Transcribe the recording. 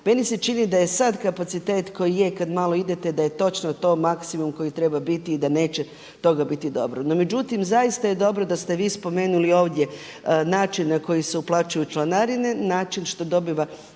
Meni se čini da je sad kapacitet koji je kad malo idete da je točno to maksimum koji treba biti i da neće toga biti dobro. No, međutim zaista je dobro da ste vi spomenuli ovdje način na koji se uplaćuju članarine, način što dobiva